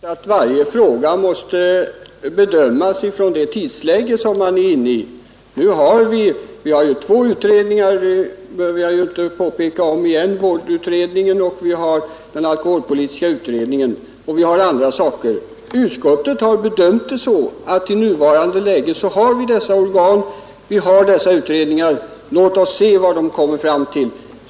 Fru talman! Det är klart att varje fråga måste bedömas utifrån det tidsläge som man är inne i. Vi har ju två utredningar. Det behöver jag inte påpeka om igen. Vi har vårdutredningen och vi har den alkoholpolitiska utredningen och vi har andra organ. Utskottet har bedömt det så, att i nuvarande läge har vi dessa organ och dessa utredningar. Låt oss se vad de kommer fram till.